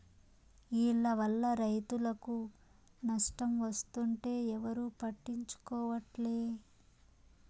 ఈల్ల వల్ల రైతులకు నష్టం వస్తుంటే ఎవరూ పట్టించుకోవట్లే